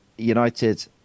United